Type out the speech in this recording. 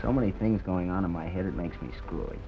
so many things going on in my head it makes me school